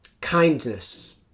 Kindness